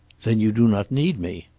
then you do not need me.